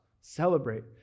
celebrate